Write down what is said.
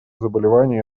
заболевания